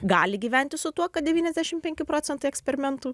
gali gyventi su tuo kad devyniasdešim penki procentai eksperimentų